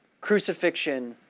crucifixion